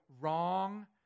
wrong